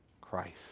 Christ